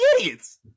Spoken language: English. idiots